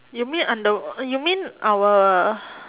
you mean on the you mean our